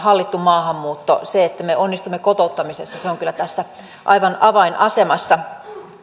hallittu maahanmuutto se että me onnistumme kotouttamisessa on kyllä tässä aivan avainasemassa